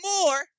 more